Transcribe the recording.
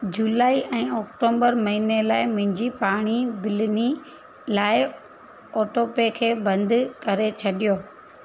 जुलाई ऐं अक्टोंबर महीने लाइ मुंहिंजी पाणी बिलनि लाइ ऑटो पे खे बंदि करे छॾियो